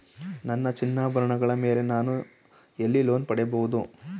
ನನ್ನ ಚಿನ್ನಾಭರಣಗಳ ಮೇಲೆ ನಾನು ಎಲ್ಲಿ ಲೋನ್ ಪಡೆಯಬಹುದು?